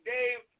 Dave